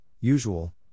usual